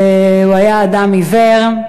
שהיה אדם עיוור.